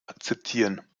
akzeptieren